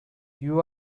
you